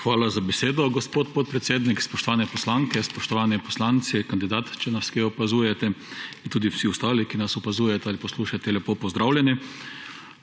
Hvala za besedo, gospod podpredsednik. Spoštovane poslanke, spoštovani poslanci! Kandidat, če nas kje opazujete! In tudi vsi ostali, ki nas opazujete ali poslušate! Lepo pozdravljeni!